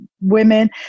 women